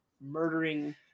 Murdering